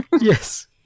Yes